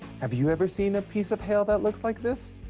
have you ever seen a piece of hail that looks like this?